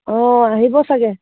অঁ আহিব চাগে